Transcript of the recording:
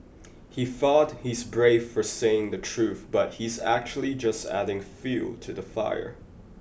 he thought he's brave for saying the truth but he's actually just adding fuel to the fire